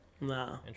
No